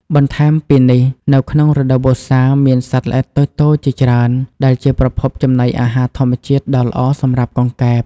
បន្ថែមពីនេះនៅក្នុងរដូវវស្សា មានសត្វល្អិតតូចៗជាច្រើន ដែលជាប្រភពចំណីអាហារធម្មជាតិដ៏ល្អសម្រាប់កង្កែប។